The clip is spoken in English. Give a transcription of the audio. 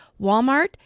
Walmart